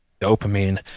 dopamine